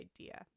idea